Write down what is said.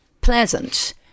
pleasant